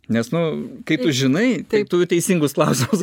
nes nu kai tu žinai tai tu teisingus klausimus